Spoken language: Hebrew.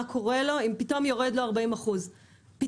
מה קורה לו אם פתאום יורדת לו 40% מן ההכנסה,